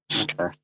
Okay